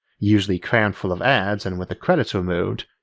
usually crammed full of ads and with the credits removed,